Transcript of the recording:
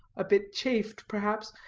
a bit chafed, perhaps,